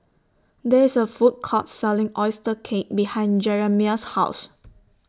There IS A Food Court Selling Oyster Cake behind Jeramiah's House